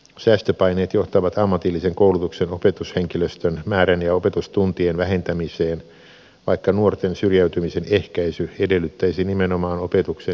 säästöpaineet johtavat ammatillisen koulutuksen opetushenkilöstön määrän ja opetustuntien vähentämiseen vaikka nuorten syrjäytymisen ehkäisy edellyttäisi nimenomaan opetuksen lisäämistä